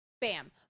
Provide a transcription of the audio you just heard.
bam